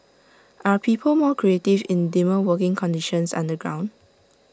are people more creative in dimmer working conditions underground